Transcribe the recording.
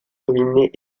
ruinée